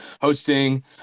hosting